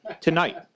Tonight